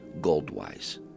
gold-wise